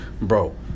bro